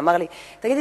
ואמר לי: תגידי,